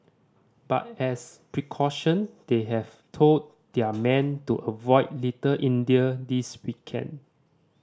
but as precaution they have told their men to avoid Little India this weekend